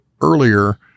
earlier